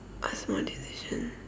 a small decision